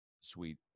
sweet